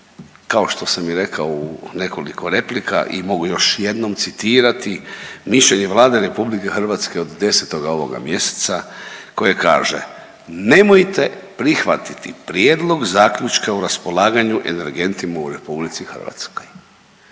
kao što sam i rekao u nekoliko replika i mogu još jednom citirati mišljenje Vlade RH od 10. ovoga mjeseca koje kaže „nemojte prihvatiti prijedlog zaključka o raspolaganju energentima u RH“.